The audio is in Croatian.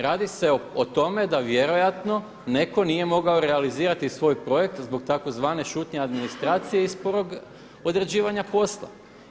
Radi se o tome da vjerojatno netko nije mogao realizirati svoj projekt zbog tzv. šutnje administracije i zbog određivanja posla.